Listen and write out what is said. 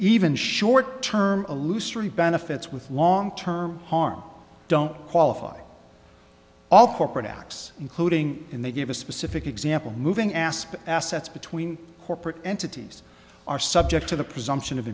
even short term illusory benefits with long term harm don't qualify all corporate acts including in they give a specific example moving aspen assets between corporate entities are subject to the presumption of